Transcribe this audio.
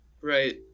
Right